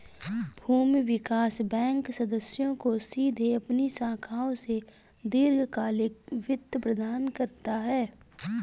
भूमि विकास बैंक सदस्यों को सीधे अपनी शाखाओं से दीर्घकालिक वित्त प्रदान करता है